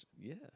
yes